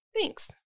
Thanks